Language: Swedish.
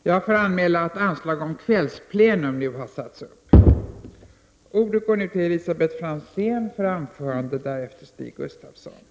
Jag får anmäla att anslag nu har satts upp om att detta sammanträde skall fortsätta efter kl. 19.00.